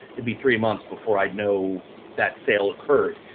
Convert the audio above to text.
it'd be three months before i'd know that sale occurred.